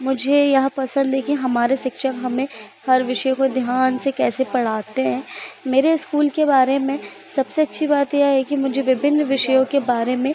मुझे यह पसंद है कि हमारे शिक्षक हमें हर विषय को ध्यान से कैसे पढ़ाते हैं मेरे इस्कूल के बारे में सबसे अच्छी बात यह है कि मुझे विभिन्न विषयों के बारे में